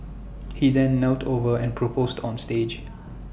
he then knelt over and proposed on stage